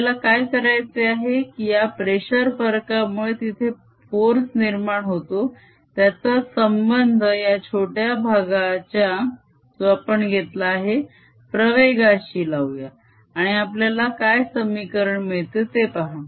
आपल्याला काय करायचे आहे की या प्रेशर फरकामुळे किती फोर्स निर्माण होतो त्याचा संबंध या छोट्या भागाच्या जो आपण घेतला आहे प्रवेगाशी लावूया आणि आपल्याला काय समीकरण मिळते ते पहा